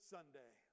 Sunday